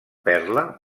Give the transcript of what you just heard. perla